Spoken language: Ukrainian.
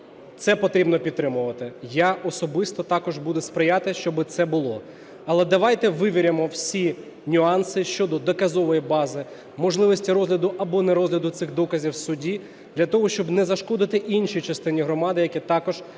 це потрібно підтримувати. Я особисто також буду сприяти, щоб це було. Але давайте вивіримо всі нюанси щодо доказової бази, можливості розгляду або нерозгляду цих доказів у суді, для того щоб не зашкодити іншій частині громади, які також є